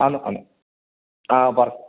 ആന്ന് ആന്ന് ആ പറ